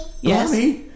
Yes